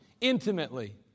intimately